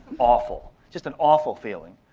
awful, just an awful feeling.